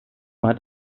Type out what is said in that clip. hat